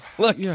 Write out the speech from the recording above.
Look